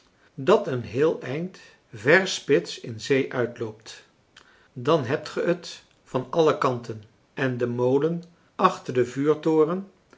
dat een heel eind ver spits françois haverschmidt familie en kennissen in zee uitloopt dan hebt ge t van alle kanten en de molen achter den vuurtoren